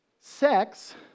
Sex